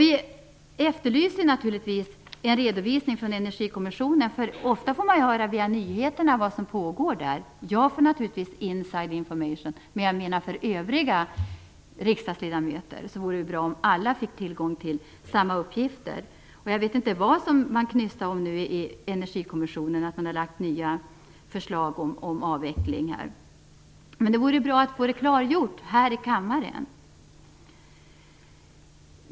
Vi efterlyser naturligtvis en redovisning från Energikommissionen, för ofta får man via nyheterna veta vad som där pågår. Jag får naturligtvis "inside information", men det vore bra om alla övriga riksdagsledamöter fick tillgång till samma uppgifter. Jag vet inte vad det nu knystas om i Energikommissionen när det gäller nya förslag om avveckling. Men det vore bra att få detta klargjort här i kammaren.